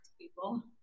people